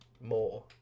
More